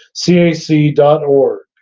cac dot org.